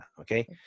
Okay